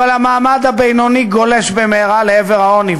אבל המעמד הבינוני גולש במהרה לעבר העוני,